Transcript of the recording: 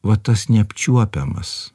va tas neapčiuopiamas